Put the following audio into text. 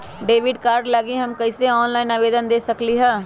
Debit card लागी हम कईसे ऑनलाइन आवेदन दे सकलि ह?